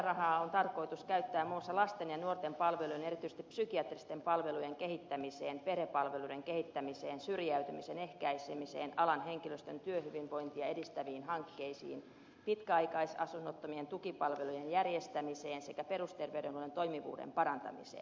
määrärahaa on tarkoitus käyttää muun muassa lasten ja nuorten palvelujen erityisesti psykiatristen palvelujen kehittämiseen perhepalveluiden kehittämiseen syrjäytymisen ehkäisemiseen alan henkilöstön työhyvinvointia edistäviin hankkeisiin pitkäaikais asunnottomien tukipalvelujen järjestämiseen sekä perusterveydenhuollon toimivuuden parantamiseen